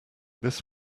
this